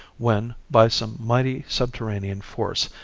when, by some mighty subterranean force,